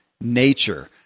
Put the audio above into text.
nature